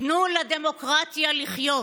תנו לדמוקרטיה לחיות.